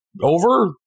over